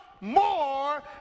more